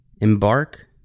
Embark